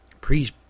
Please